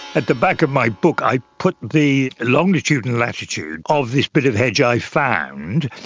at the back of my book i put the longitude and latitude of this bit of hedge i found.